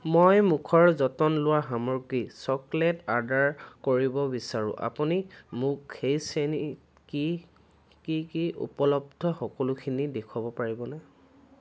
মই মুখৰ যতন লোৱা সামগ্ৰী চকলেট অৰ্ডাৰ কৰিব বিচাৰোঁ আপুনি মোক সেই শ্ৰেণীত কি কি কি উপলব্ধ সকলোখিনি দেখুৱাব পাৰিবনে